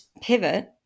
pivot